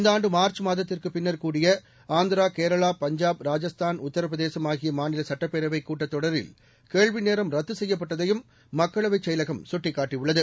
இந்த ஆண்டு மார்ச் மாதத்திற்குப் பின்னர் கூடிய ஆந்திரா கேரளா பஞ்சாப் ராஜஸ்தான் உத்தரபிரதேசம் ஆகிய மாநில சட்டப்பேரவை கூட்டத் தொடரில் கேள்வி நேரம் ரத்து செய்யப்பட்டதையும் மக்களவைச் செயலகம் சுட்டிக்காட்டியுள்ளது